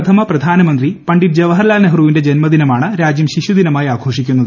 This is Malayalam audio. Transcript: ഇന്ത്യയുടെ പ്രഥമ പ്രധാനമന്ത്രി പണ്ഡിറ്റ് ജവഹർലാൽ നെഹ്റുവിന്റെ ജന്മദിനമാണ് രാജ്യം ശിശുദിനമായി ആഘോഷിക്കുന്നത്